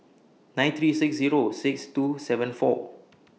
nine three six Zero six two seven four